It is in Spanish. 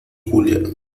julia